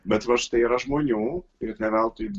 bet va štai yra žmonių ir ne veltui